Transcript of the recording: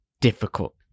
difficult